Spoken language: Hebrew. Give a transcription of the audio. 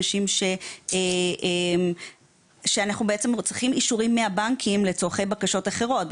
אנשים שצריכים אישורים מהבנקים לצרכי בקשות אחרות,